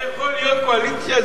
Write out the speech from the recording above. אתה יכול להיות קואליציה?